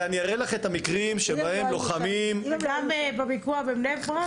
ואני אראה לך את המקרים שבהם לוחמים --- גם בפיגוע בבני ברק,